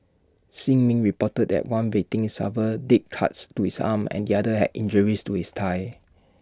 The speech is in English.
shin min reported that one victim suffered deep cuts to his arm and the other had injuries to his thigh